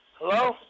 Hello